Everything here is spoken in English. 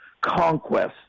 Conquest